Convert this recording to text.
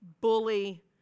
bully